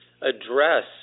address